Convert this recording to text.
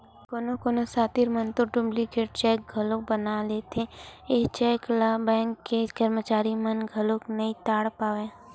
कोनो कोनो सातिर मन तो डुप्लीकेट चेक घलोक बना लेथे, ए चेक ल बेंक के करमचारी मन घलो नइ ताड़ पावय